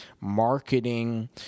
marketing